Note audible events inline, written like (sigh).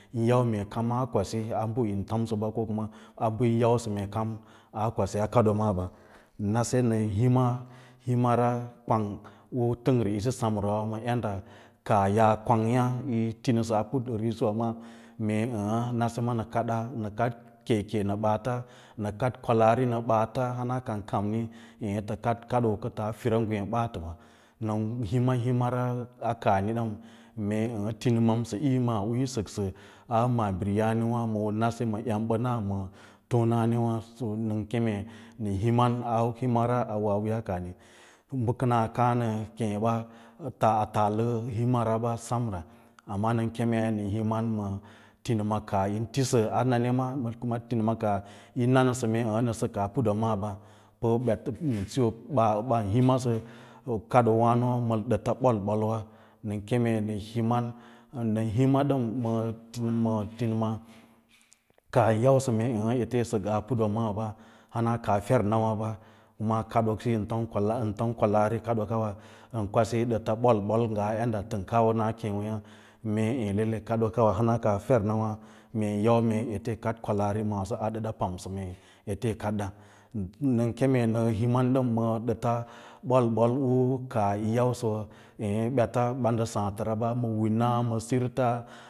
Yín yau mee kama kwasi abə ən yausə mee kama aa kwasia kaɗoo maaɓ, nase nən hima himara kwwang u təngye isi temrawa yadda kaah yaa kwang yâ mee yi tinəsə a put risiwa maa mee nase ma nə kadaa keke ma ɓaata nə kwalaari ma ɓaata hana kan kamni eẽ tə kaɗ kaɗoo kə tə fira ngwee ma ɓaatə, nən him himara a kaahini mee ənə tinimamsa u səksa a maabiri yârewa mau nase ma emɓəna ma tonanewâ so nən keme nə himan a himara awoa wiiyaa kaahni bə kə naa kaã na keẽ ɓa, nə taa a taalə bə himara ba semra, amma ne kemei nə himan na tinima ma kaah yi tisə nan iwa tinima kaah yi nanə sə mee nə sək a putwa maaɓa, u ɓeta king (noise) siyo ɓaa ɓan himasə kadoo wano ma dətə ɓol-ɓolwa nən keme nə himan nən hima ɗan ma tinim kaah yi yausə eẽ ete yi sək a pufwa maaɓa haua kaa fernawâɓa kuma kaɗoo siyo yin tom kwalaari, bə kwalaari kaɓa kawa ən kwasi ma dəta ɓol-ɓol ngaa yaɗda təng kawa na keẽyôyâ mee ěě lallai hana kadoo kawa hana ka fernawǎ meen yau mee ete yi kaɗ kwalaari maaso a ɗəɗa pamsə mee ete kaɗya, nən keme nə niman dəm ma ɗəta ɓol-ɓol n kaah u kaah yín yausəwa eẽ beta ɓan sǎǎtəra win̄a ma sirta.